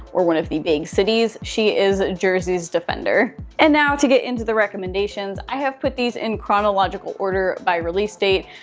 or one of the big cities. she is jersey's defender. and now to get into the recommendations, i have put these in chronological order by release date.